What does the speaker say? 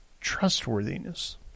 trustworthiness